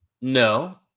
No